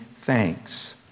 thanks